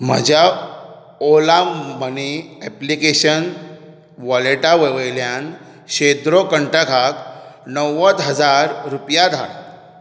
म्हज्या Ola money application वॉलेटा वयल्यान शेद्रो कंठकाक णव्वद हजार रुपया धाड